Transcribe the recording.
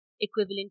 equivalent